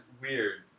weird